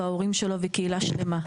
של הוריו ושל מוריו,